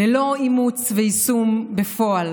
ללא אימוץ ויישום בפועל